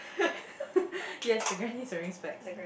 yes the guy needs wearing specs